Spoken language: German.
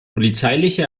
polizeiliche